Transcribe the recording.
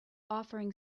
offering